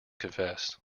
confess